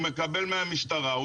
הוא מקבל מהמשטרה,